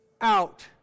out